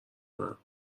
کنم